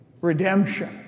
redemption